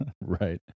Right